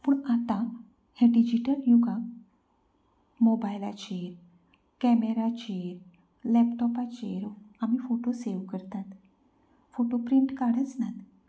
पूण आतां ह्या डिजीटल युगांत मोबायलाचेर कॅमेराचेर लॅपटोपाचेर आमी फोटो सेव करतात फोटो प्रिंट काडच ना